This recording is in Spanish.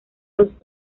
los